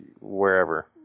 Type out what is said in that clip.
wherever